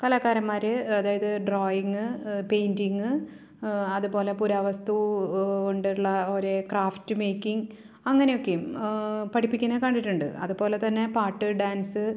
കലാകാരന്മാർ അതായത് drawing painting അതുപോലെ പുരാവസ്തു കൊണ്ടുള്ള ഒരു ക്രാഫ്റ്റ് മേക്കിംഗ് അങ്ങനെയൊക്കെയും പഠിപ്പിക്കുന്ന കണ്ടിട്ടുണ്ട് അതുപോലെ തന്നെ പാട്ട് ഡാൻസ്